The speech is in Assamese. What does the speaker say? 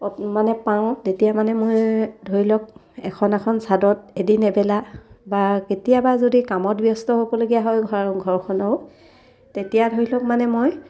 মানে পাওঁ তেতিয়া মানে মই ধৰি লওক এখন এখন চাদৰত এদিন এবেলা বা কেতিয়াবা যদি কামত ব্যস্ত হ'বলগীয়া হয় ঘৰখনৰো তেতিয়া ধৰি লওক মানে মই